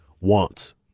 wants